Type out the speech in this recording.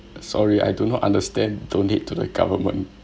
sorry I do not understand donate to the government